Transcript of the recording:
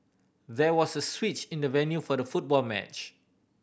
there was a switch in the venue for the football match